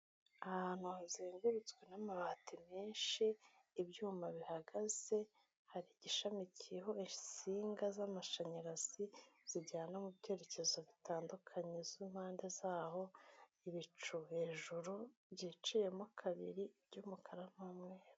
Ahantu hazengurutswe n'amabati menshi, ibyuma bihagaze, hari igishami kiriho insinga z'amashanyarazi zijyana mu byerekezo bitandukanye z'impande zaho; ibicu hejuru byiciyemo kabiri by'umukara n'umweru.